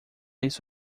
isso